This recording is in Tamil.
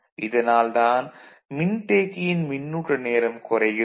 இதனால் தான் மின்தேக்கியின் மின்னூட்ட நேரம் குறைகிறது